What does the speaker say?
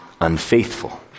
unfaithful